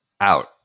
Out